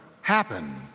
happen